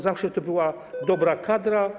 Zawsze to była dobra kadra.